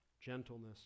gentleness